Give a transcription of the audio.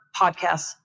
podcasts